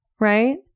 right